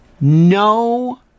no